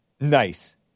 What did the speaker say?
Nice